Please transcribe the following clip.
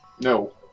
No